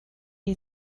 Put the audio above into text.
you